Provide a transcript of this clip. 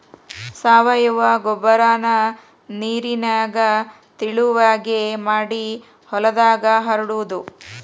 ಸಾವಯುವ ಗೊಬ್ಬರಾನ ನೇರಿನಂಗ ತಿಳುವಗೆ ಮಾಡಿ ಹೊಲದಾಗ ಹರಡುದು